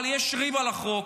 אבל יש ריב על החוק,